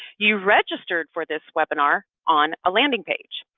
you registered for this webinar on a landing page.